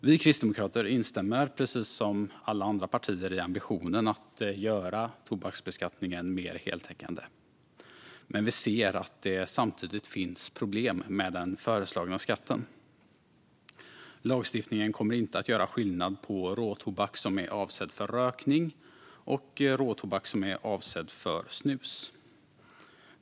Vi kristdemokrater instämmer, precis som alla andra partier, i ambitionen att göra tobaksbeskattningen mer heltäckande, men vi ser att det samtidigt finns problem med den föreslagna skatten. Lagstiftningen kommer inte att göra skillnad på råtobak som är avsedd för rökning och råtobak som är avsedd för snus.